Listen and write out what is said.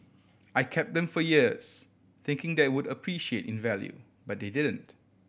I kept them for years thinking that they would appreciate in value but they didn't